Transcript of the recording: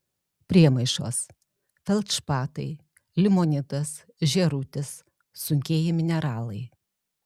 priemaišos feldšpatai limonitas žėrutis sunkieji mineralai